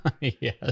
Yes